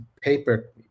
paper